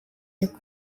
niko